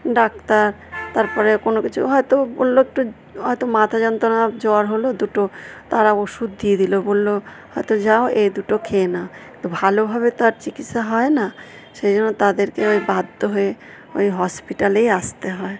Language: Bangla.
ডাক্তার তারপরে কোনো কিছু হয়তো বলল একটু হয়তো মাথা যন্ত্রণা জ্বর হলো দুটো তারা ওষুধ দিয়ে দিল বলল হয়তো যাও এই দুটো খেয়ে নাও তো ভালোভাবে তো আর চিকিৎসা হয় না সেই জন্য তাদেরকে ওই বাধ্য হয়ে ওই হসপিটালেই আসতে হয়